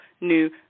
new